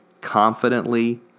confidently